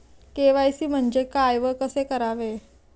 KYC म्हणजे काय व कसे करावे?